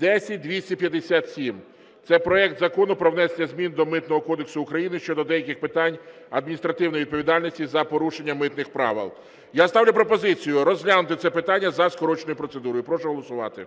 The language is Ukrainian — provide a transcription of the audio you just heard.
10257 – це проект Закону про внесення змін до Митного кодексу України щодо деяких питань адміністративної відповідальності за порушення митних правил. Я ставлю пропозицію розглянути це питання за скороченою процедурою. Прошу голосувати.